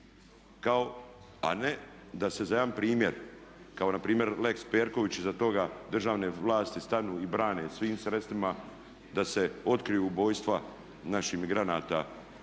brane. A ne da se za jedan primjer, kao npr. lex Perković i iza toga državne vlasti stanu i brane svim sredstvima, da se otkriju ubojstva naših migranata